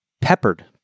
peppered